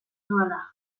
nuela